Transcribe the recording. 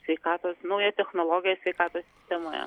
sveikatos nauja technologija sveikatos sistemoje